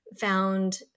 found